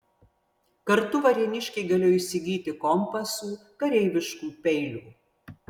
kartu varėniškiai galėjo įsigyti kompasų kareiviškų peilių